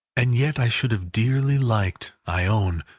and yet i should have dearly liked, i own,